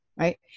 right